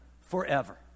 forever